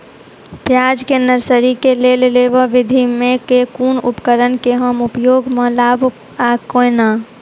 प्याज केँ नर्सरी केँ लेल लेव विधि म केँ कुन उपकरण केँ हम उपयोग म लाब आ केना?